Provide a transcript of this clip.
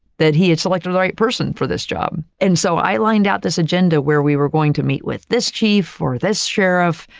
that he had selected the right person for this job. and so, i lined out this agenda where we were going to meet with this chief, or this sheriff,